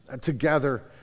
together